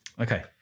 Okay